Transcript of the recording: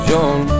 John